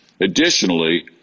Additionally